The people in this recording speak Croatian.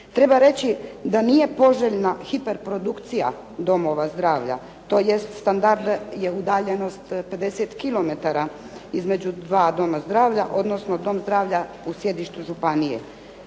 Treba reći da nije poželjna hiperprodukcija domova zdravlja tj. standardna je udaljenost 50 kilometara između dva doma zdravlja odnosno dom zdravlja u sjedištu županije.